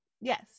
yes